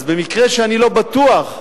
אז במקרה שאני לא בטוח,